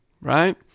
right